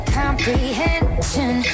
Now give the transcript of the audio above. comprehension